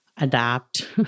adapt